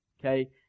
okay